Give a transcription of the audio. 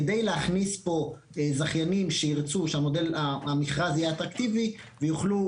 על מנת להכניס פה זכיינים שירצו שהמכרז יהיה אטרקטיבי ויוכלו